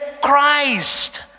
Christ